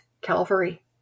Calvary